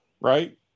right